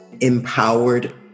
empowered